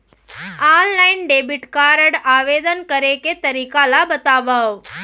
Online debit card आवेदन करे के तरीका ल बतावव?